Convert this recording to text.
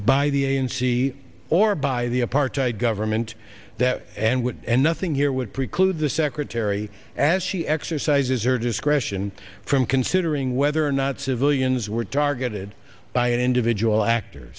by the a n c or by the apartheid government and would and nothing here would preclude the secretary as she exercises her discretion from considering whether or not civilians were targeted by an individual actor